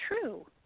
true